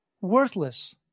worthless